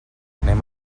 anem